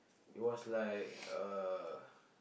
it was like uh